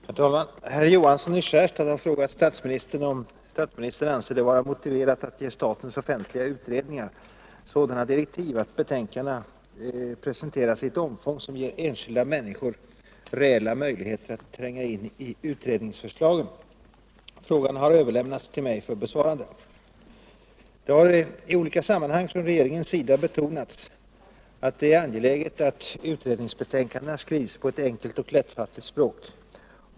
Herr talman! Herr Johansson i Skärstad har frågat statsministern, om statsministern anser det vara motiverat att ge statens offentliga utredningar sådana direktiv att betänkandena presenteras i ett omfång som ger enskilda människor reella möjligheter att tränga in i utredningsförslagen. Frågan har överlämnats till mig för besvarande. Det har i olika sammanhang från regeringens sida betonats att det är angeläget att utredningsbetänkandena skrivs på ett enkelt och lättfattligt språk.